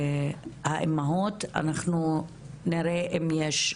למשל, נמצאת פה מונא חליל מחליסה.